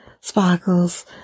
sparkles